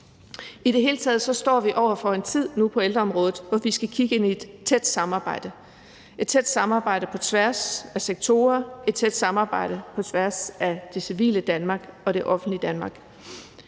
I det hele taget står vi nu på ældreområdet over for en tid, hvor vi skal kigge ind i et tæt samarbejde, et tæt samarbejde på tværs af sektorer, et tæt samarbejde på tværs af det civile Danmark og det offentlige Danmark.